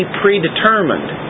predetermined